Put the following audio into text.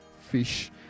fish